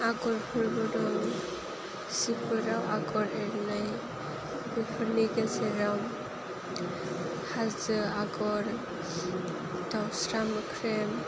आगरफोरबो दं जिफोराव आगर एरनाय बेफोरनि गेजेराव हाजो आगर दाउसा मोख्रेब